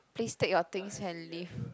please take your things and leave